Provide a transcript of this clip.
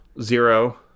Zero